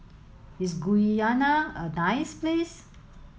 is Guyana a nice place